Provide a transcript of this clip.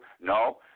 no